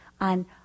on